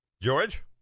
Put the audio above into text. George